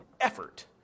Effort